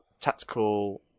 Tactical